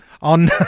on